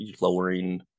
lowering